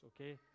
okay